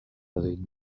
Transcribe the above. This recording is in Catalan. reduït